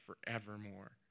forevermore